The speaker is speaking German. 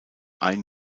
ein